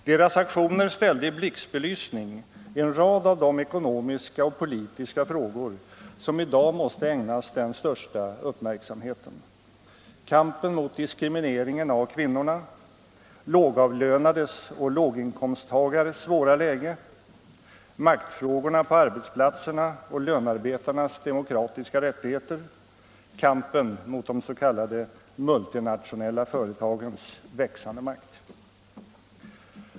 Deras aktioner ställde i blixtbelysning en rad av de ekonomiska och politiska frågor som i dag måste ägnas den största uppmärksamheten: kampen mot diskrimineringen av kvinnorna, lågavlönades och låginkomsttagares svåra läge, maktfrågorna på arbetsplatserna och lönarbetarnas demokratiska rättigheter, kampen mot de s.k. multinationella företagens växande makt.